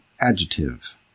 adjective